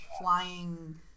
flying